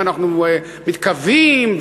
אנחנו מתכוונים,